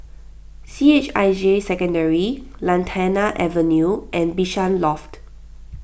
C H I J Secondary Lantana Avenue and Bishan Loft